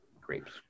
Grapes